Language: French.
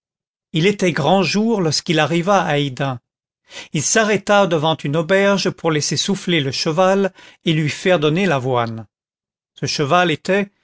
il était grand jour lorsqu'il arriva à hesdin il s'arrêta devant une auberge pour laisser souffler le cheval et lui faire donner l'avoine ce cheval était